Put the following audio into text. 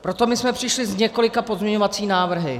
Proto my jsme přišli s několika pozměňovacími návrhy.